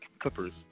Clippers